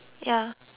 uh